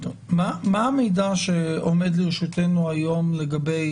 מה המידע שעומד לרשותנו היום לגבי